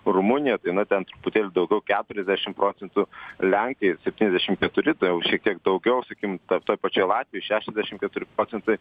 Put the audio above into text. rumunija tai na ten truputėlį daugiau keturiasdešim procentų lenkijoje septyniasdešim keturi tai jau šiek tiek daugiau sakykim ta toj pačioj latvijoj šešiasdešim keturi procentai